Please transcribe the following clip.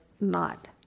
not-